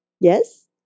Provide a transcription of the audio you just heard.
Yes